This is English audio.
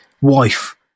wife